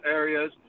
areas